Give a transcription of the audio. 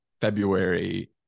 February